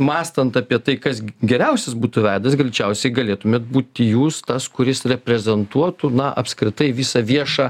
mąstant apie tai kas geriausias būtų veidas greičiausiai galėtumėt būt jūs tas kuris reprezentuotų na apskritai visą viešą